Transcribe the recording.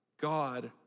God